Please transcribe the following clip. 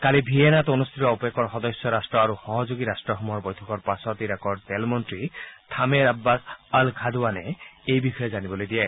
কালি ভিয়েনাত অনুষ্ঠিত অপেকৰ সদস্য ৰাষ্ট আৰু সহযোগী ৰাষ্টসমূহৰ বৈঠকৰ পাছত ইৰাকৰ তেল মন্ত্ৰী থামেৰ আববাছ আল ঘাডবানে এই বিষয়ে জানিবলৈ দিয়ে